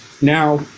now